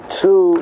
two